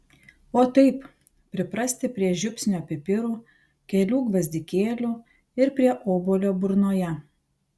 o taip priprasti prie žiupsnio pipirų kelių gvazdikėlių ir prie obuolio burnoje